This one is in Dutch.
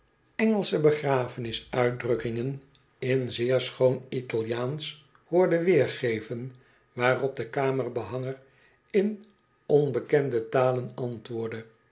engelsche begrafenisuitdrukkingen in zeer schoon italiaansch hoorde i weergeven waarop de kam er behanger in onbei kende talen antwoordde